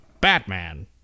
Batman